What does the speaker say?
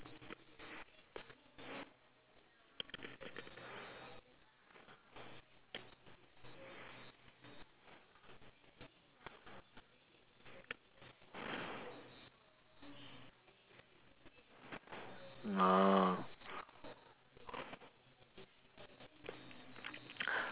ah